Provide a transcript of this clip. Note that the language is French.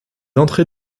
entrées